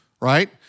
right